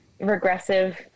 regressive